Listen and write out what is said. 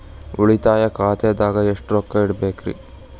ಉಳಿತಾಯ ಖಾತೆದಾಗ ಎಷ್ಟ ರೊಕ್ಕ ಇಡಬೇಕ್ರಿ?